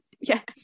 Yes